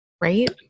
right